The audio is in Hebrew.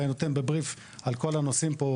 ואני נותן בבריף על כל הנושאים פה,